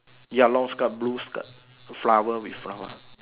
ya lor blue skirt flower with her